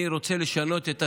אני רוצה לשנות את השיח,